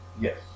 Yes